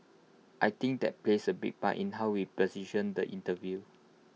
I think that plays A big part in how we position the interview